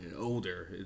older